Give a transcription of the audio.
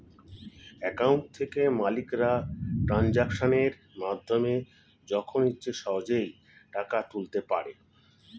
account থেকে মালিকরা ট্রানজাকশনের মাধ্যমে যখন ইচ্ছে সহজেই টাকা তুলতে পারে